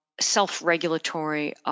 self-regulatory